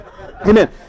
Amen